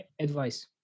advice